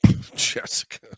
Jessica